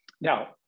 now